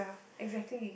exactly